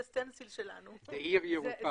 זה צבוע ירוק.